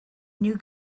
new